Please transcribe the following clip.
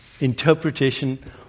interpretation